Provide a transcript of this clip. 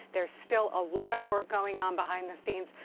there's still a lot of work going on behind the scenes.